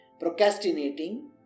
procrastinating